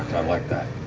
i like that.